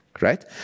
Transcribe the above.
right